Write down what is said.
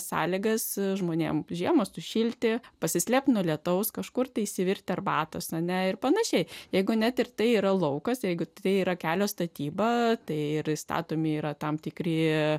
sąlygas žmonėms žiemą sušilti pasislėpti nuo lietaus kažkur išsivirti arbatos ane ir pan jeigu net ir tai yra laukas jeigu tai yra kelio statyba tai ir įstatomi yra tam tikri